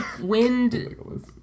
wind